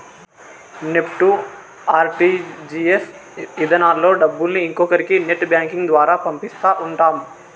NEFT, RTGS ఇధానాల్లో డబ్బుల్ని ఇంకొకరి నెట్ బ్యాంకింగ్ ద్వారా పంపిస్తా ఉంటాం